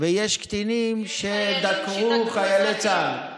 ויש קטינים שדקרו חיילי צה"ל.